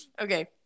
Okay